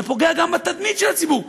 זה פוגע גם בתדמית של הציבור.